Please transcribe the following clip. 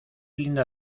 linda